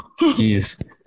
Jeez